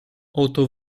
oto